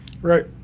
Right